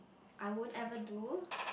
I won't ever do